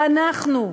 ואנחנו,